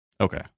Okay